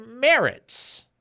merits